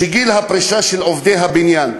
שגיל הפרישה של עובדי הבניין,